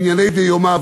מענייני דיומא,